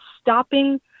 stopping